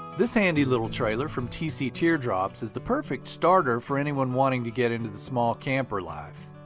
this handy little trailer from tc teardrops is the perfect starter for anyone wanting to get into the small camper life.